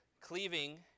Cleaving